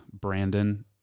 brandon